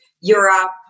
Europe